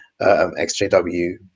xjw